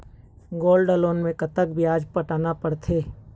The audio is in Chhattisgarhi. गोल्ड लोन मे कतका ब्याज पटाना पड़थे?